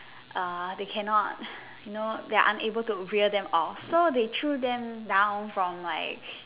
uh they cannot you know they are unable to rear them off so they threw them down from like